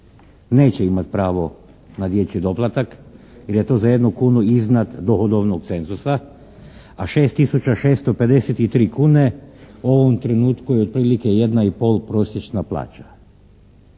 neće imat pravo na dječji doplatak jer je to za jednu kunu iznad dohodovnog cenzusa a 6 tisuća 653 kune u ovom trenutku je otprilike jedna i pol prosječna plaća,